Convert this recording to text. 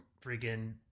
freaking